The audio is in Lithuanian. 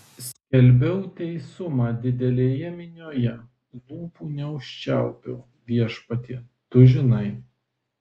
skelbiau teisumą didelėje minioje lūpų neužčiaupiau viešpatie tu žinai